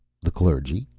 the clergy?